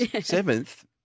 Seventh